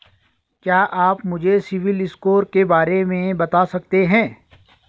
क्या आप मुझे सिबिल स्कोर के बारे में बता सकते हैं?